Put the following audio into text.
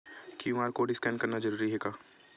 QR code scan करना जरूरी हे का?